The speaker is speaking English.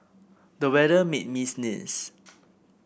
the weather made me sneeze